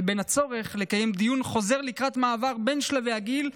לבין הצורך לקיים דיון חוזר לקראת מעבר בין שלבי הגיל,